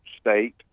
state